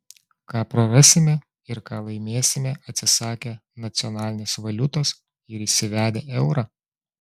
ką prarasime ir ką laimėsime atsisakę nacionalinės valiutos ir įsivedę eurą